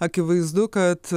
akivaizdu kad